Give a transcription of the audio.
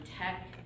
tech